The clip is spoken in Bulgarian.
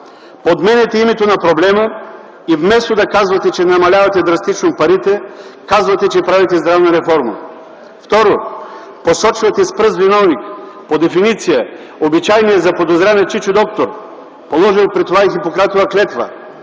подменяте името на проблема и вместо да кажете, че намалявате драстично парите, казвате, че правите здравна реформа. Второ, посочвате с пръст виновника. По дефиниция обичайният заподозрян е чичо Доктор, положил при това и Хипократова клетва,